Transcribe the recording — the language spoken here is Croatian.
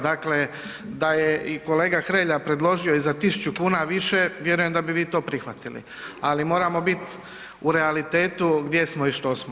Dakle, da je i kolega Hrelja predložio i 1000 kn više, vjerujem da bi to prihvatili, ali moramo biti u realitetu gdje smo i što smo.